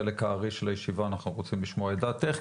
בחלק הארי של הישיבה אנחנו רוצים לשמוע את דעתך,